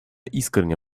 искренне